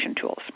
tools